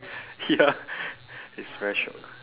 ya it's very shiok